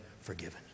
forgiven